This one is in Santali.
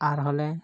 ᱟᱨᱦᱚᱸ ᱞᱮ